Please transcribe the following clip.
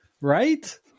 Right